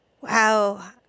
Wow